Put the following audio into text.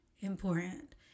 important